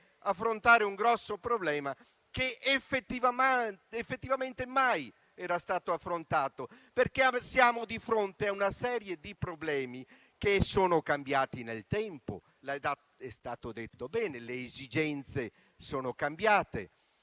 affrontare insieme un grosso problema che effettivamente mai era stato affrontato. Siamo infatti di fronte a una serie di problemi che sono cambiati nel tempo: è stato detto bene. Le esigenze sono cambiate,